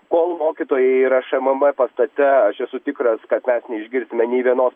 kol mokytojai yra šmm pastate aš esu tikras kad mes neišgirsime nei vienos